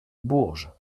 bourges